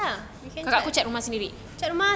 ya lah we can cat